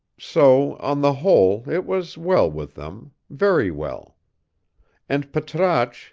so, on the whole, it was well with them, very well and patrasche,